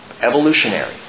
Evolutionary